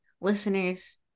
listeners